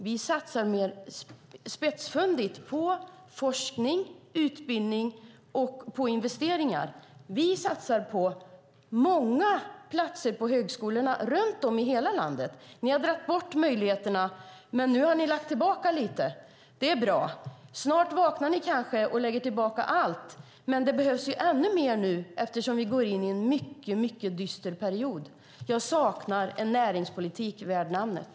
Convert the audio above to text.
Vi satsar mer inriktat på forskning, utbildning och investeringar. Vi satsar på många platser på högskolorna runt om i hela landet. Ni har dragit bort möjligheterna men nu lagt tillbaka lite. Det är bra. Snart vaknar ni kanske och lägger tillbaka allt, men det behövs ännu mer nu, eftersom vi går in i en mycket dyster period. Jag saknar en näringspolitik värd namnet.